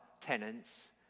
tenants